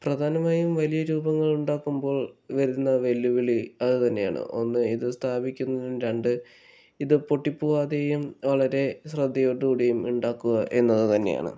പ്രധാനമായും വലിയ രൂപങ്ങൾ ഉണ്ടാക്കുമ്പോൾ വരുന്ന വെല്ലുവിളി അതു തന്നെയാണ് ഒന്ന് ഇത് സ്ഥാപിക്കുന്നതിനും രണ്ട് ഇത് പൊട്ടിപോകാതെയും വളരെ ശ്രദ്ധയോട് കൂടിയും ഉണ്ടാക്കുക എന്നതു തന്നെയാണ്